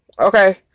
okay